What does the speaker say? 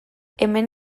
hemen